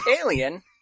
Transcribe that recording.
alien